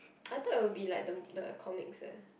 I thought it will be like the the comics eh